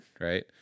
right